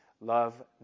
Love